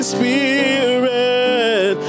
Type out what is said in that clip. Spirit